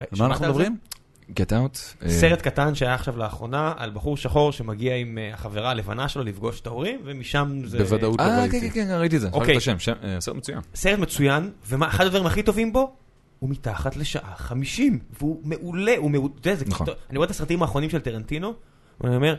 על מה אנחנו מדברים? Get Out. סרט קטן שהיה עכשיו לאחרונה על בחור שחור שמגיע עם החברה הלבנה שלו לפגוש את ההורים, ומשם זה... בוודאות... אה, כן, כן, כן, ראיתי את זה. אוקיי. סרט מצוין. סרט מצוין, ואחד הדברים הכי טובים בו הוא מתחת לשעה חמישים, והוא מעולה, הוא מעודק. אני רואה את הסרטים האחרונים של טרנטינו, ואני אומר...